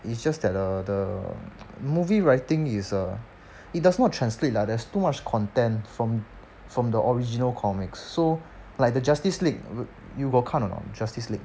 it's just that the the movie writing is uh it does not translate lah there's too much content from from the original comics so like the justice league you got 看 or not the justice league